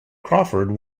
crawford